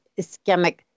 ischemic